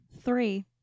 Three